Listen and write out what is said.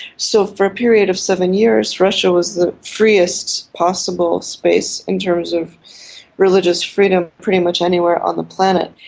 so for a period of seven years, russia was the freest possible space in terms of religious freedom pretty much anywhere on the planet.